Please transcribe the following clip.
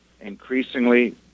Increasingly